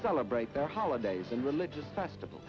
celebrate their holidays and religious festival